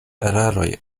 eraroj